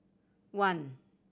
one